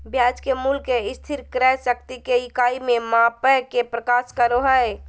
ब्याज के मूल्य के स्थिर क्रय शक्ति के इकाई में मापय के प्रयास करो हइ